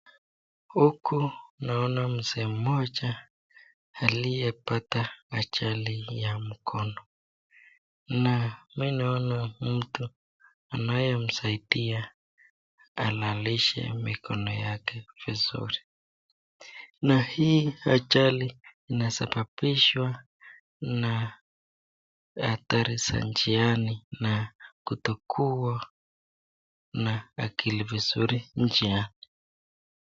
Huku naona mzee mmoja aliyepata ajali hii ya mkono na mi naona mtu anaye msaidia alalishe mikono yake vizuri. Na hii ajali inasababishwa na hatari za njiani na kutokua makin njiani.